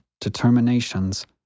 determinations